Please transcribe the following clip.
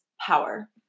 power